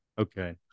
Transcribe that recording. Okay